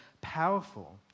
powerful